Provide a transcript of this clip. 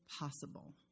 possible